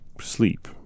sleep